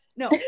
No